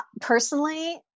personally